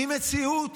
היא מציאות